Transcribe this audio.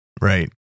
right